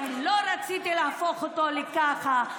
אני לא רציתי להפוך אותו לכזה.